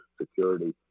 Security